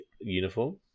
uniform